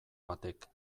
batek